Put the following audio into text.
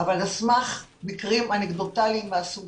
אבל על סמך מקרים אנקדוטליים מהסוג